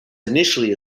initially